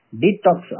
detox